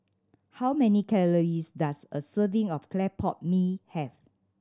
how many calories does a serving of clay pot mee have